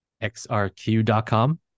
XRQ.com